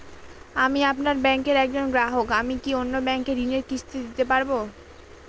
আমি আপনার ব্যাঙ্কের একজন গ্রাহক আমি কি অন্য ব্যাঙ্কে ঋণের কিস্তি দিতে পারবো?